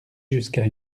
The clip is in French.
jusqu’à